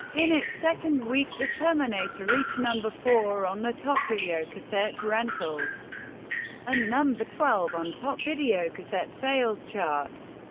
in its second week, the terminator reached number four on the top video cassette rentals and number twelve on top video cassette sales charts.